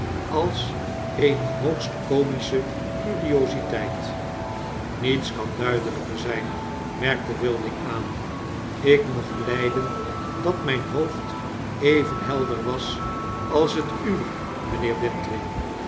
als eene hoogst comische curiositeit niets kan duidelijker zyn merkte wilding aan ik mocht lyden dat mijn hoofd even helder was als het uwe